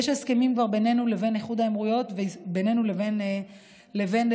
יש כבר הסכמים בינינו לבין איחוד האמירויות ובינינו לבין בחריין,